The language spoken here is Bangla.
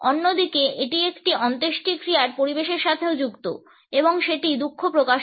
অন্যদিকে এটি একটি অন্ত্যেষ্টিক্রিয়ার পরিবেশের সাথেও যুক্ত এবং সেটি দুঃখ প্রকাশ করে